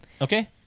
okay